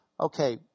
Okay